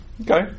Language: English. Okay